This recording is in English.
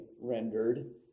rendered